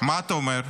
מה אתה אומר?